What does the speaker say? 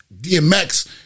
DMX